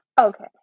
Okay